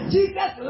Jesus